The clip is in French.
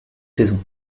saisons